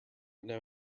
know